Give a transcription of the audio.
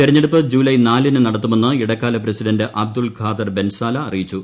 തെരഞ്ഞെടുപ്പ് ജൂലായ് നാലിന് നടത്തുമെന്ന് ഇടക്കാല പ്രസിഡന്റ് അബ്ദുൾഖാദർ ബൻസാല അറിയിച്ചു